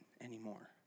anymore